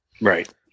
Right